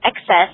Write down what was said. excess